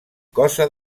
cosa